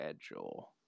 schedule